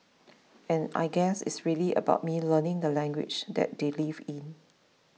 and I guess it's really about me learning the language that they live in